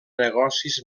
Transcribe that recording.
negocis